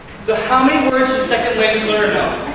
so how many words should a second language learner know?